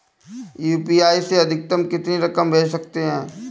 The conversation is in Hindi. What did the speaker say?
यू.पी.आई से अधिकतम कितनी रकम भेज सकते हैं?